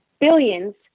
billions